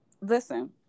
listen